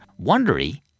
Wondery